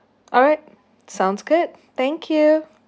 alright sounds good thank you